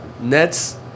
Nets